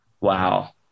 Wow